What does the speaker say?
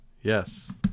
Yes